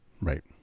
Right